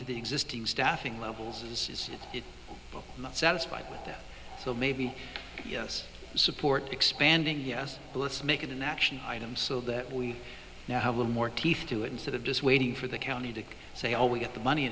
to the existing staffing levels is not satisfied with that so maybe yes support expanding yes but let's make it an action item so that we now have a more teeth to it instead of just waiting for the county to say oh we got the money